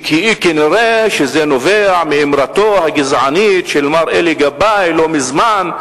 וכנראה זה נובע מאמרתו הגזענית של מר אלי גבאי לא מזמן,